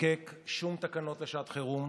לחוקק שום תקנות לשעת חירום